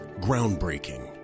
Groundbreaking